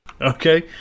Okay